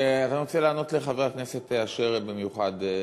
אני רוצה לענות לחבר הכנסת אשר במיוחד.